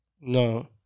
No